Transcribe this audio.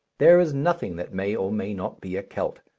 there is nothing that may or may not be a kelt,